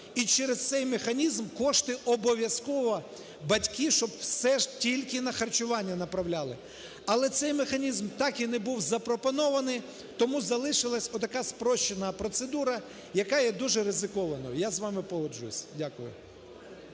і через цей механізм кошти обов'язково батьки, щоб все ж тільки на харчування направляли. Але цей механізм так і не був запропонований, тому залишилась отака спрощена процедура, яка є дуже ризикованою. Я з вами погоджуюся. Дякую.